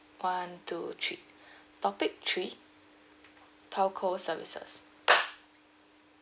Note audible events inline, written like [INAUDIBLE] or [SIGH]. one two three [BREATH] topic three telco services [NOISE]